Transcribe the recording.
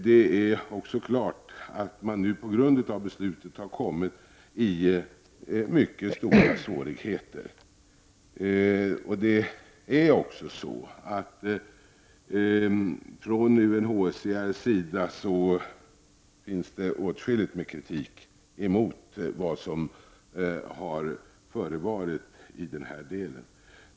Det är också klart att man nu på grund av beslutet har kommit i mycket stora svårigheter, och från UNHCR:s sida finns det åtskilligt med kritik mot vad som har förevarit i den här delen.